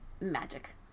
magic